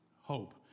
hope